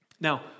Now